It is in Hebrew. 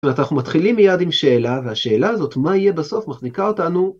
זאת אומרת, אנחנו מתחילים מיד עם שאלה, והשאלה הזאת, מה יהיה בסוף, מחניקה אותנו.